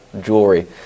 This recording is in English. Jewelry